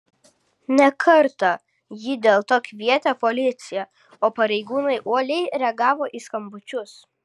ne kartą ji dėl to kvietė policiją o pareigūnai uoliai reagavo į skambučius